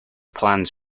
plans